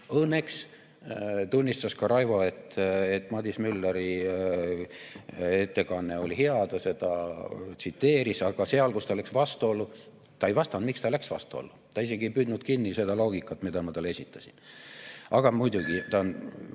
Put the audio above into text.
Õnneks tunnistas ka Raivo Vare, et Madis Mülleri ettekanne oli hea. Ta tsiteeris seda, aga selle kohta, kus ta läks vastuollu, ta ei vastanud, miks ta läks vastuollu. Ta isegi ei püüdnud kinni seda loogikat, mille ma talle esitasin. Aga muidugi, ta on